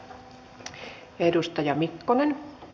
arvoisa puhemies